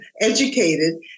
educated